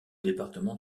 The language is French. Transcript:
département